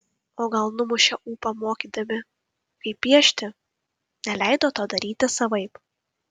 o gal numušė ūpą mokydami kaip piešti neleido to daryti savaip